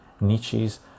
Nietzsche's